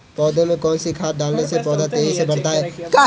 पौधे में कौन सी खाद डालने से पौधा तेजी से बढ़ता है?